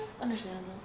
understandable